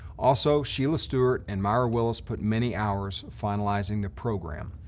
also, sheila stewart and myra willis put many hours finalizing the program.